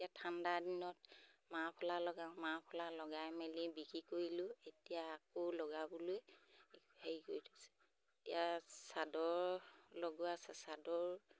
এতিয়া ঠাণ্ডা দিনত মাফলাৰ লগাওঁ মাফলাৰ লগাই মেলি বিকি কৰিলোঁ এতিয়া আকৌ লগাবলৈ হেৰি কৰি থৈছোঁ এতিয়া চাদৰ লগোৱা আছে চাদৰ